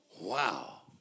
wow